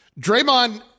Draymond